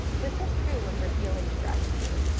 this is true when we're feeling stressed too.